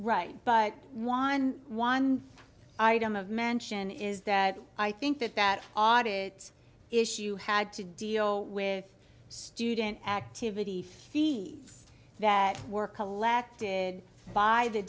right but one one item of mention is that i think that that audit issue had to deal with student activity fee that were collected by the